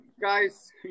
Guys